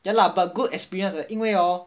ya lah but good experience ah 因为 hor